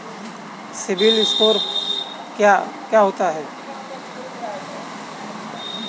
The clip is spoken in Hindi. सिबिल स्कोर क्या होता है?